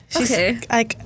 Okay